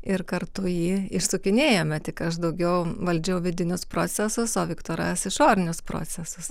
ir kartu jį išsukinėjome tik aš daugiau valdžiau vidinius procesus o viktoras išorinius procesus